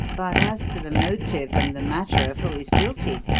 but as to the motive and the matter of who is guilty,